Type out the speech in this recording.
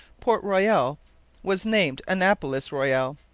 port royal was named annapolis royal.